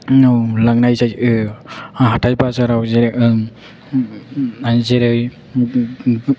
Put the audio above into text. लांनाय जायो हाथाय बाजाराव जेरै